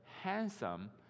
handsome